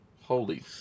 Holy –